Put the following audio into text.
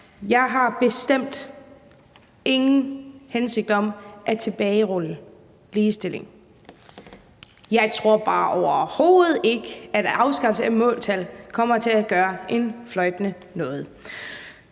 Jeg har bestemt ingen hensigt om at tilbagerulle ligestillingen. Jeg tror bare overhovedet ikke, at det at afskaffe måltal kommer til at gøre en fløjtende forskel.